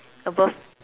above